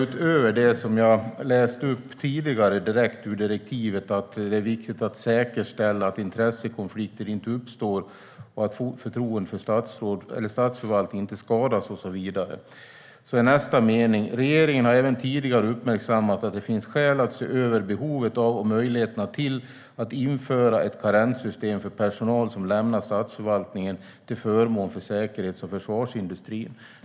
Utöver det som jag tidigare läste upp ur direktivet om att det är viktigt att säkerställa att intressekonflikter inte uppstår och att förtroendet för statsförvaltningen inte skadas och så vidare, vill jag läsa upp vad som står i nästa mening. Där står det: Regeringen har även tidigare uppmärksammat att det finns skäl att se över behovet av och möjligheterna till att införa ett karenssystem för personal som lämnar statsförvaltningen till förmån för säkerhets och försvarsindustrin.